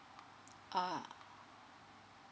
ah